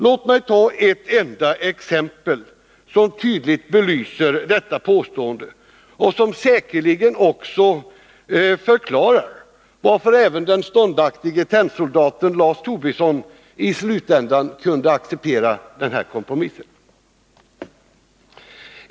Låt mig ta ett enda exempel som tydligt belyser detta påstående och som förklarar varför även den ståndaktige tennsoldaten Lars Tobisson i slutänden kunde acceptera den här kompromissen.